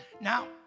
Now